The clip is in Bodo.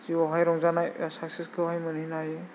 जिउआवहाय रंजानाय साक्सेखौहाय मोनहैनो हायो